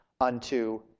unto